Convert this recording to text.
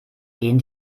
gehen